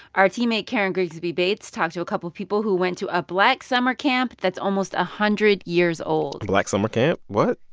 our teammate, karen grigsby bates, talked to a couple people who went to a black summer camp that's almost a hundred years old black summer camp? what?